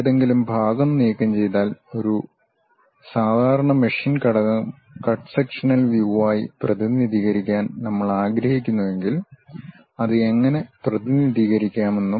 ഏതെങ്കിലും ഭാഗം നീക്കംചെയ്താൽ ഒരു സാധാരണ മെഷീൻ ഘടകം കട്ട് സെക്ഷണൽ വ്യൂവായി പ്രതിനിധീകരിക്കാൻ നമ്മൾ ആഗ്രഹിക്കുന്നുവെങ്കിൽ അത് എങ്ങനെ പ്രതിനിധീകരിക്കാമെന്നും